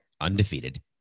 undefeated